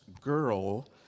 girl